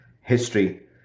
history